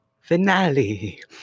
finale